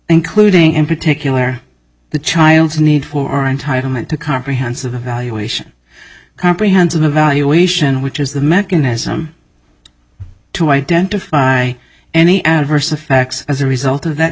including in particular the child's need for entitlement to comprehensive evaluation comprehensive evaluation which is the mechanism to identify any adverse effects as a result of that